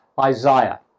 Isaiah